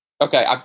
Okay